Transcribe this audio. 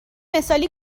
مثالی